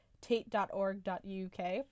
tate.org.uk